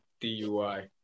dui